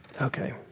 Okay